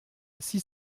six